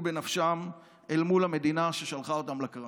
בנפשם אל מול המדינה ששלחה אותם לקרב.